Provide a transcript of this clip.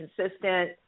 consistent